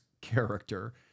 character